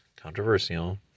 controversial